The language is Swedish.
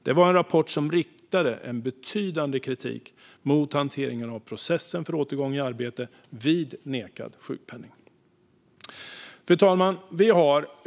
Det var en rapport som riktade betydande kritik mot hanteringen av processen för återgång i arbete vid nekad sjukpenning. Fru talman!